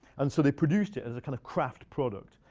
and so they produced it as a kind of craft product.